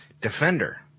Defender